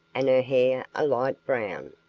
and her hair a light brown.